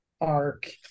arc